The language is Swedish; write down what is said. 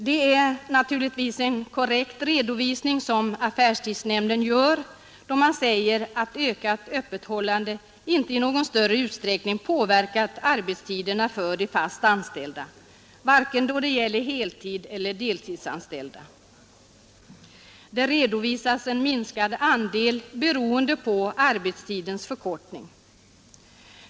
Det är naturligtvis en korrekt redovisning som affärstidsnämnden gör, då den säger att ökat öppethållande inte i någon större utsträckning påverkat arbetstiderna för de fast anställda, vare sig heltidseller deltidsanställda. Det redovisades en minskad andel beroende på arbetstidens förkortning.